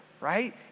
right